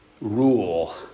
rule